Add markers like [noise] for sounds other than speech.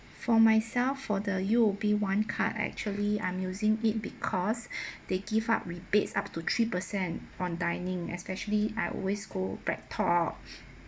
for myself for the U_O_B one card actually I'm using it because [breath] they give up rebates up to three percent on dining especially I always go BreadTalk